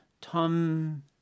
Tom